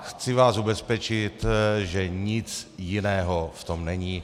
Chci vás ubezpečit, že nic jiného v tom není.